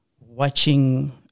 watching